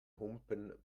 humpen